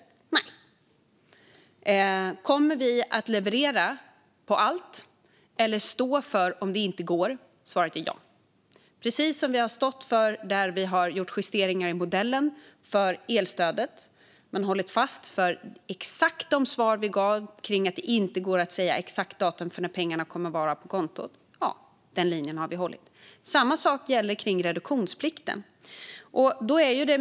Nej. Kommer vi att leverera på allt eller att stå för om det inte går? Svaret är ja, precis som vi har stått för att vi har gjort justeringar i modellen för elstödet och hållit fast vid de svar vi gav när det gäller att det inte går att säga ett exakt datum för när pengarna kommer att vara på konton. Den linjen har vi hållit. Det är samma sak med reduktionsplikten.